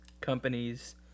companies